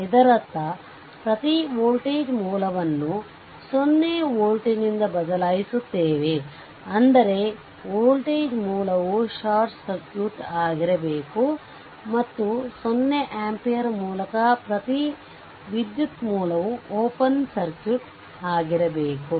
ಇದರರ್ಥ ಪ್ರತಿ ವೋಲ್ಟೇಜ್ ಮೂಲವನ್ನು 0 ವೋಲ್ಟ್ನಿಂದ ಬದಲಾಯಿಸುತ್ತೇವೆ ಅಂದರೆ ವೋಲ್ಟೇಜ್ ಮೂಲವು ಶಾರ್ಟ್ ಸರ್ಕ್ಯೂಟ್ ಆಗಿರಬೇಕು ಮತ್ತು 0 ಆಂಪಿಯರ್ ಮೂಲಕ ಪ್ರತಿ ವಿದ್ಯುತ್ ಮೂಲವು ಓಪನ್ ಸರ್ಕ್ಯೂಟ್ ಆಗಿರಬೇಕು